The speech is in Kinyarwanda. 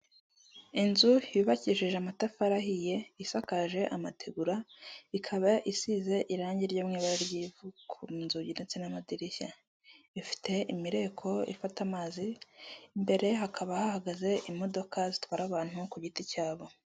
Inzu y'ubakishije amatafari ahiye isakaje amategura, ikaba isize irangi ryo mu ibara ry'ivu ku nzugi ndetse n'amadirishya, ifite imireko ifata amazi imbere hakaba hahagaze imodoka zitwara abantu ku giti cyabo.